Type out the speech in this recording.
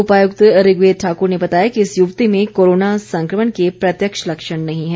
उपायुक्त ऋग्वेद ठाकुर ने बताया कि इस युवति में कोरोना संकमण के प्रत्यक्ष लक्षण नहीं है